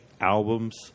albums